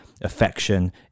affection